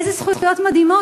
איזה זכויות מדהימות.